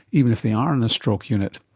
even if they are in a stroke unit.